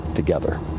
Together